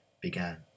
began